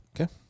Okay